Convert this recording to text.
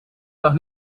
doch